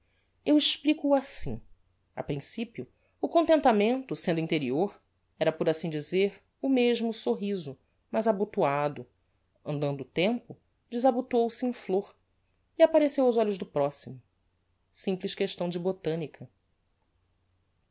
eu explico o assim a principio o contentamento sendo interior era por assim dizer o mesmo sorriso mas abotoado andando o tempo desabotou se em flor e appareceu aos olhos do proximo simples questão de botanica